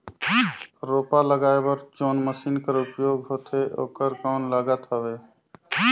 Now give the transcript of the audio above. रोपा लगाय बर जोन मशीन कर उपयोग होथे ओकर कौन लागत हवय?